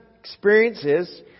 experiences